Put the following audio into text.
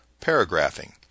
paragraphing